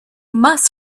must